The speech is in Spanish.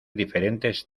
diferentes